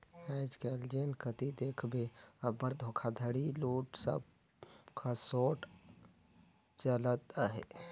आएज काएल जेन कती देखबे अब्बड़ धोखाघड़ी, लूट खसोट चलत अहे